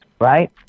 Right